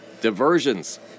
Diversions